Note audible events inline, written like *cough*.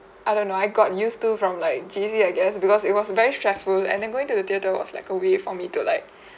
I don't know I got used to from like J_C I guess because it was very stressful and then going to the theatre was like a way for me to like *breath*